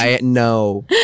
no